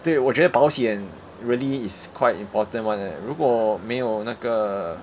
对我觉得保险 really is quite important [one] leh 如果没有那个